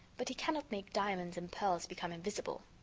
but he cannot make diamonds and pearls become invisible.